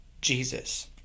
Jesus